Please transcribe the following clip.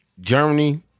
Germany